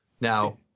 Now